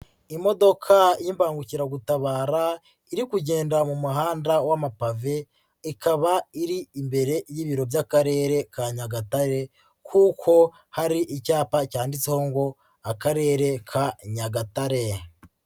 Imodoka y'imbangukiragutabara iri kugenda mu muhanda w'amapave ikaba iri imbere y'Ibiro by'Akarere ka Nyagatare kuko hari icyapa cyanditseho ngo Akarere ka Nyagatare.